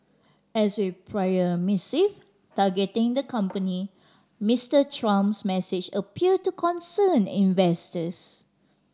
as with prior missive targeting the company Mister Trump's message appeared to concern investors